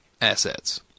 assets